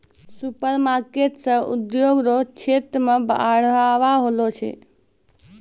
supermarket से उद्योग रो क्षेत्र मे बढ़ाबा होलो छै